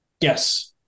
yes